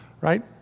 Right